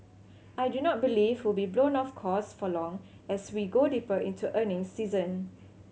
I do not believe will be blown off course for long as we go deeper into earning season